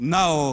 now